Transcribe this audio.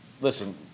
listen